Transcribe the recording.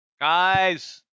Guys